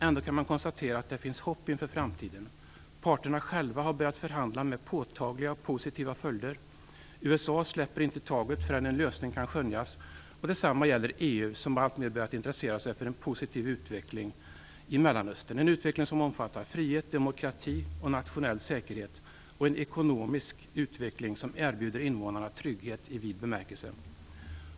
Ändå kan man konstatera att det finns hopp inför framtiden. Parterna själva har börjat förhandla med påtagliga och positiva följder. USA släpper inte taget förrän en lösning kan skönjas. Detsamma gäller EU som alltmer har börjat intressera sig för en positiv utveckling i Mellanöstern, en utveckling som omfattar frihet, demokrati, nationell säkerhet och en ekonomisk utveckling som erbjuder invånarna trygghet i vid bemärkelse.